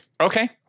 Okay